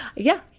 yeah.